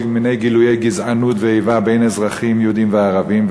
מיני גילויי גזענות ואיבה בין אזרחים יהודים לערבים,